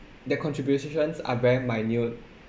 their contributions are very minor